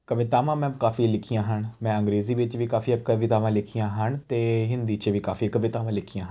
ਕਵਿਤਾਵਾਂ ਮੈਂ ਕਾਫੀ ਲਿਖੀਆਂ ਹਨ ਮੈਂ ਅੰਗਰੇਜ਼ੀ ਵਿੱਚ ਵੀ ਕਾਫੀ ਕਵਿਤਾਵਾਂ ਲਿਖੀਆਂ ਹਨ ਅਤੇ ਹਿੰਦੀ 'ਚ ਵੀ ਕਾਫੀ ਕਵਿਤਾਵਾਂ ਲਿਖੀਆਂ ਹਨ